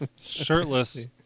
Shirtless